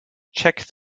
check